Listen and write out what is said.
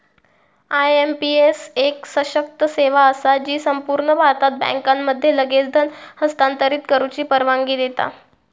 IMPS एक सशक्त सेवा असा जी संपूर्ण भारतात बँकांमध्ये लगेच धन हस्तांतरित करुची परवानगी देता